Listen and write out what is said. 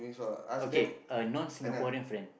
okay a non Singaporean friend